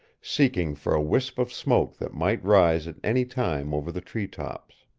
seeking for a wisp of smoke that might rise at any time over the treetops.